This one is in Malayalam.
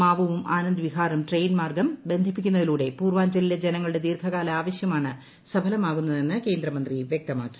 മാവുവും ആനന്ദ് വിഹാറും ട്രെയിൻ മാർഗ്ഗും ബന്ധിപ്പിക്കുന്നതിലൂടെ പൂർവാഞ്ചലിലെ ജനങ്ങളുടെ ദീർഘകാല ആവശ്യമാണ് സഫലമാകുന്നതെന്ന് കേന്ദ്രമന്ത്രി വൃക്തമാക്കി